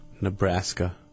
Nebraska